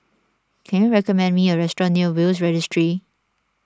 can you recommend me a restaurant near Will's Registry